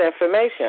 information